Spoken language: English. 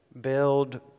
build